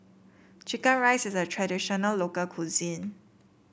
chicken rice is a traditional local cuisine